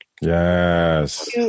Yes